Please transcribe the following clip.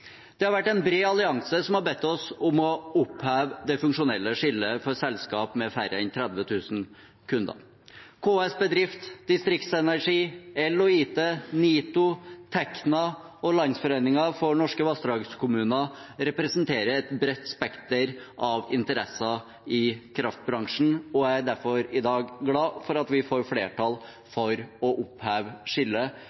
En bred allianse har bedt oss om å oppheve det funksjonelle skillet for selskaper med færre enn 30 000 kunder; KS Bedrift, Distriktsenergi, EL og IT, NITO, Tekna og Landssamanslutninga av Vasskraftkommunar representerer et bredt spekter av interesser i kraftbransjen og er derfor i dag glade for at vi får flertall